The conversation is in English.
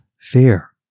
Fear